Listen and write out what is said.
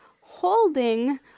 holding